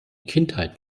kindheit